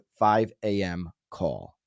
5AMcall